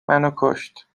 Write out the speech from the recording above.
منوکشت